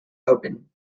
open